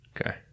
Okay